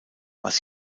was